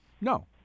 no